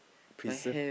preserve